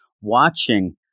watching